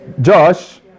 Josh